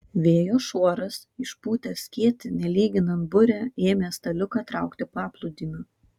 vėjo šuoras išpūtęs skėtį nelyginant burę ėmė staliuką traukti paplūdimiu